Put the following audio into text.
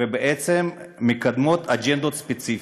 שבעצם מקדמות אג'נדות ספציפיות.